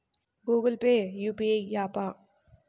Google Pay UPI య్యాపా?